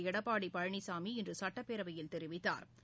Edappadi Palaniswami இன்றுசட்டப்பேரவையில் கெரிவிக்காள்